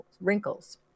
Wrinkles